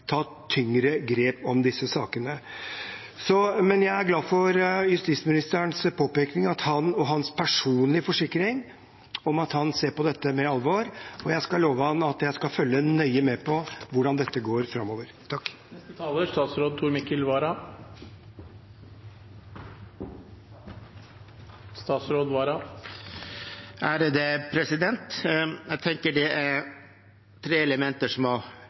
tyngre grep om disse sakene. Men jeg er glad for justisministerens påpekning og hans personlige forsikring om at han ser på dette med alvor, og jeg skal love ham at jeg skal følge nøye med på hvordan dette går framover. Jeg tenker det er tre elementer som er nyttige å ta med seg videre: Det ene er at på dette området har